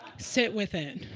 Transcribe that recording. sit with it.